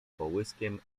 połyskiem